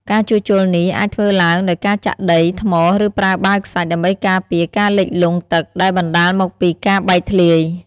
ការជួសជុលនេះអាចធ្វើឡើងដោយការចាក់ដី ថ្ម ឬប្រើបាវខ្សាច់ ដើម្បីការពារការលិចលង់ទឹកដែលបណ្ដាលមកពីការបែកធ្លាយ។